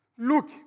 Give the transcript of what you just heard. Look